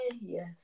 yes